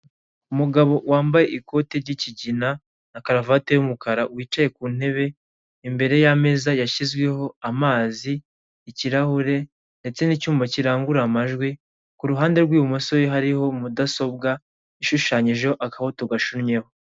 Umugabo wambaye ikoti ry'ikigina na karuvati y'umukara wicaye ku ntebe, imbere yameza yashyizweho amazi, ikirahure, ndetse n'icyuma kirangurura amajwi, ku ruhande rw'ibumoso hariho mudasobwa ishushanyijeho akabuto gashinnyeho.